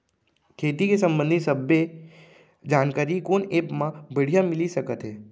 खेती के संबंधित सब्बे जानकारी कोन एप मा बढ़िया मिलिस सकत हे?